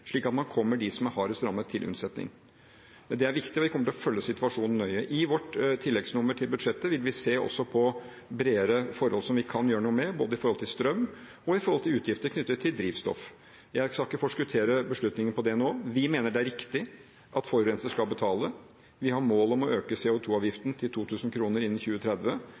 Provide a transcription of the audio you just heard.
slik at man kommer dem som er hardest rammet, til unnsetning. Det er viktig, og vi kommer til å følge situasjonen nøye. I vårt tilleggsnummer til budsjettet vil vi også se på flere forhold som vi kan gjøre noe med når det gjelder både strøm og utgifter til drivstoff. Jeg skal ikke forskuttere beslutninger om det nå, men vi mener det er riktig at forurenseren skal betale. Vi har mål om å øke CO 2 -avgiften til 2 000 kr innen 2030,